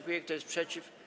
Kto jest przeciw?